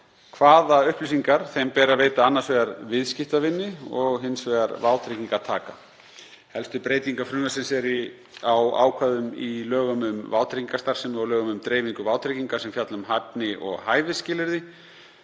hvaða upplýsingar þeim beri að veita annars vegar viðskiptavini og hins vegar vátryggingartaka. Helstu breytingar frumvarpsins eru á ákvæðum í lögum um vátryggingastarfsemi og lögum um dreifingu vátrygginga sem fjalla um hæfni- og hæfisskilyrði.